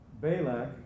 Balak